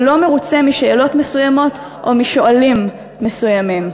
והוא לא מרוצה משאלות מסוימות או משואלים מסוימים,